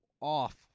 off